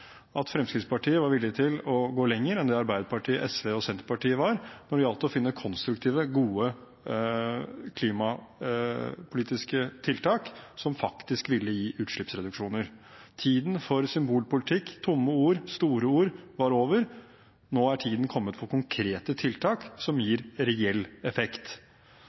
at Fremskrittspartiet var villige til å gå lenger enn Arbeiderpartiet, Senterpartiet og SV når det gjaldt å finne konstruktive og gode klimapolitiske tiltak som faktisk ville gi utslippsreduksjoner. Tiden for symbolpolitikk og tomme, store ord var over – nå er tiden kommet for konkrete tiltak som gir reell effekt.